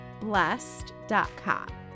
blessed.com